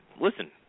listen